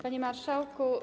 Panie Marszałku!